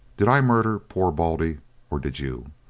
did i murder poor baldy or did you?